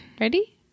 ready